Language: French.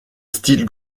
style